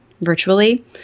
virtually